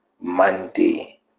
Monday